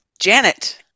Janet